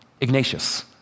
Ignatius